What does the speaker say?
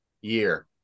year